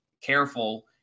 careful